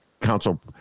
council